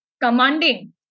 commanding